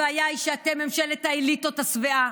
הבעיה היא שאתם ממשלת האליטות השבעה,